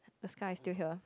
the sky is still here